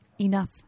Enough